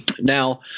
Now